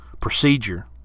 procedure